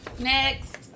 Next